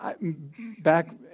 back